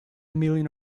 million